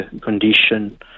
condition